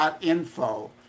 Info